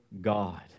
God